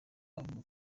avuga